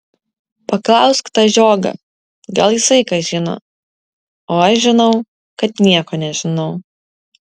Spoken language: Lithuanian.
paklausk tą žiogą gal jisai ką žino o aš žinau kad nieko nežinau